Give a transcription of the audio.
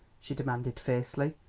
she demanded fiercely.